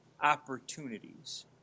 opportunities